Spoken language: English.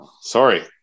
Sorry